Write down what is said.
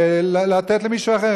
לתת למישהו אחר.